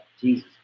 Jesus